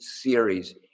series